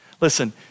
Listen